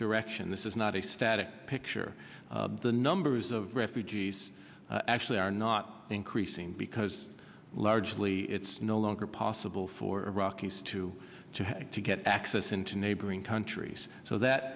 direction this is not a static picture the numbers of refugees actually are not increasing because largely it's no longer possible for iraq is to try to get access into neighboring countries so that